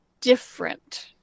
different